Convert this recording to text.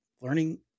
learning